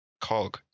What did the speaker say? cog